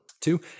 Two